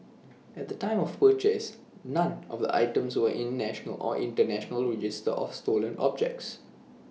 at the time of purchase none of items were in any national or International register of stolen objects